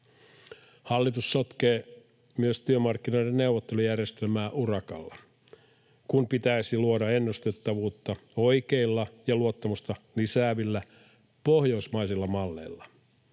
Hallitus sotkee myös työmarkkinoiden neuvottelujärjestelmää urakalla, kun pitäisi luoda ennustettavuutta oikeilla ja luottamusta lisäävillä pohjoismaisilla malleilla,